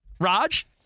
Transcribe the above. Raj